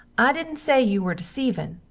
i didnt say you were deceivin,